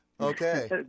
okay